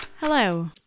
Hello